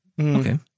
Okay